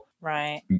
right